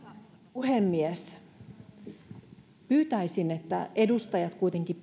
puhemies pyytäisin että edustajat kuitenkin